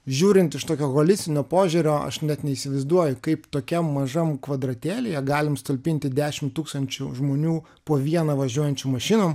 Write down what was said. žiūrint iš tokio holistinio požiūrio aš net neįsivaizduoju kaip tokiam mažam kvadratėlyje galim sutalpinti dešimt tūkstančių žmonių po vieną važiuojančių mašinų